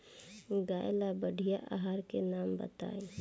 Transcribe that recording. गाय ला बढ़िया आहार के नाम बताई?